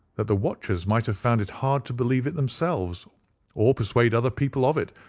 that the watchers might have found it hard to believe it themselves or persuade other people of it,